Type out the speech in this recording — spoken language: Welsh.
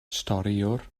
storïwr